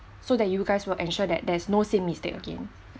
so that you guys will ensure that there is no same mistake again